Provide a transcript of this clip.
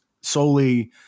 solely